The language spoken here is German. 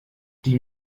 die